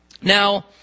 Now